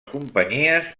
companyies